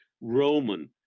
Roman